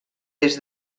des